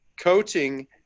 coaching